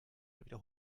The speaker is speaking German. wieder